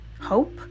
hope